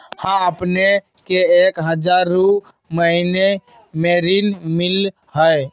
हां अपने के एक हजार रु महीने में ऋण मिलहई?